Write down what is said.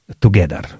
together